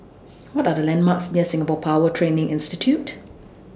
What Are The landmarks near Singapore Power Training Institute